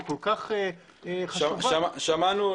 שמענו.